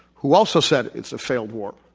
who also said it's a failed war.